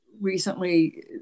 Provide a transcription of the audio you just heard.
recently